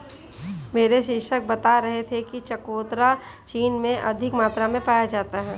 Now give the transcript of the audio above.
मेरे शिक्षक बता रहे थे कि चकोतरा चीन में अधिक मात्रा में पाया जाता है